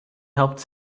helped